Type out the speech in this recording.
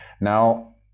now